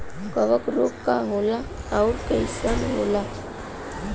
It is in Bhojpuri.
कवक रोग का होला अउर कईसन होला?